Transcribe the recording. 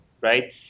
right